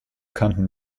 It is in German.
kannten